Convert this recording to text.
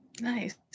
Nice